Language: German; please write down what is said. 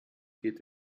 geht